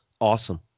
Awesome